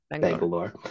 Bangalore